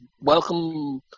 welcome